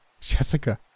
Jessica